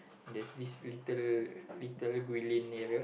there's this little little Guilin area